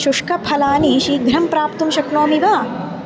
शुष्कफलानि शीघ्रं प्राप्तुं शक्नोमि वा